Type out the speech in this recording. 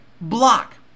block